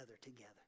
together